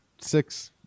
six